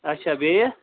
اَچھا بیٚیہِ